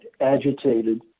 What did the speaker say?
agitated